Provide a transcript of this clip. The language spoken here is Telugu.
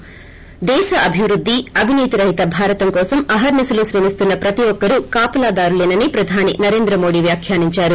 ి దేశ అభివృద్ది అవినీతి రహిత భారతం కోసం అహర్నిశలు శ్రమిస్తున్న ప్రతి ఒక్కరూ కాపలాదారులేనని ప్రధాని నరేంద్ర మోదీ వ్యాఖ్యానించారు